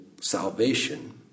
salvation